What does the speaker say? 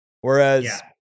Whereas